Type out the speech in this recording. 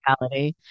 reality